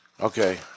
Okay